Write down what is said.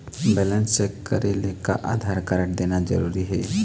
Balance check करेले का Aadhaar card देना जरूरी हे?